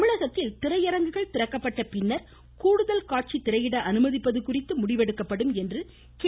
தமிழகத்தில் திரையரங்குகள் திறக்கப்பட்ட பின்னர் கூடுதல் காட்சி திரையிட அனுமதிப்பது குறித்து முடிவெடுக்கப்படும் என்றார்